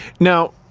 now,